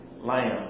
Lamb